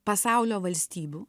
pasaulio valstybių